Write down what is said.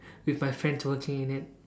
with my friends working in it